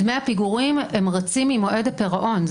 דמי הפיגורים רצים ממועד הפירעון,